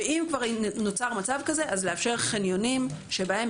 ואם כבר נוצר מצב כזה אז לאפשר חניונים שבהם